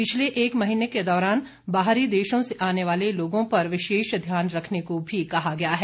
पिछले एक महीने के दौरान बाहरी देशों से आने वाले लोगों पर विशेष ध्यान रखने को भी कहा गया है